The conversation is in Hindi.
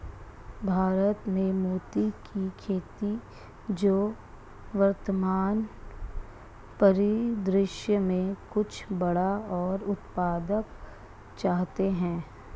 भारत में मोती की खेती जो वर्तमान परिदृश्य में कुछ बड़ा और उत्पादक चाहते हैं